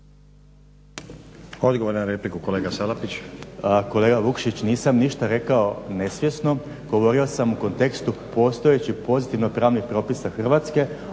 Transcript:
Odgovor na repliku kolega Salapić. **Salapić, Josip (HDSSB)** Kolega Vukšić nisam ništa rekao nesvjesno, govorio sam u kontekstu postojećih pozitivno pravnih propisa Hrvatske,